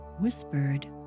whispered